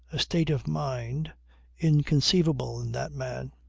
a state of mind inconceivable in that man.